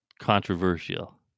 controversial